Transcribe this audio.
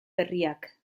berriak